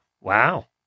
wow